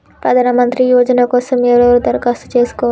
ప్రధానమంత్రి యోజన కోసం ఎవరెవరు దరఖాస్తు చేసుకోవచ్చు?